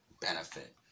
benefit